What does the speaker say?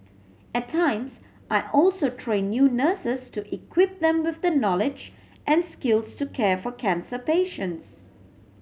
at times I also train new nurses to equip them with the knowledge and skills to care for cancer patients